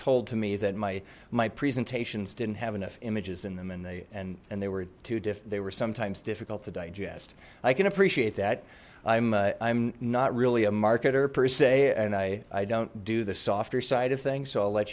told to me that my my presentations and have enough images in them and they and and they were they were sometimes difficult to digest i can appreciate that i'm i'm not really a marketer per se and i i don't do the softer side of things so i'll let